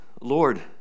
Lord